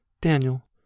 Daniel